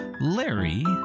larry